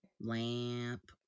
Lamp